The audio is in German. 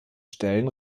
stellen